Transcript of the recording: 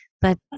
But-